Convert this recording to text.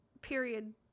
period